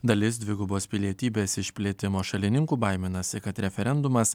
dalis dvigubos pilietybės išplėtimo šalininkų baiminasi kad referendumas